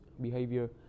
behavior